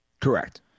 Correct